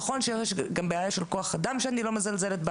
נכון שיש גם בעיה של כוח-אדם שאני לא מזלזלת בה